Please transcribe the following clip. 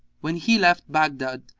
when he left baghdad,